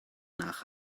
nach